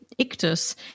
ictus